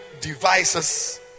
devices